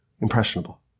impressionable